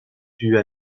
dues